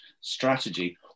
strategy